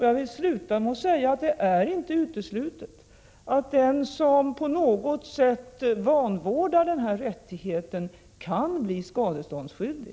Jag vill avsluta med att säga: Det är inte uteslutet att den som på något sätt vanvårdar den här rättigheten kan bli skadeståndsskyldig.